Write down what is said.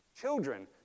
children